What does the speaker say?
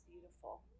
beautiful